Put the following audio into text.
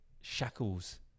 shackles